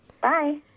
Bye